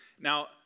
Now